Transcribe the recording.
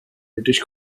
british